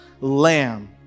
lamb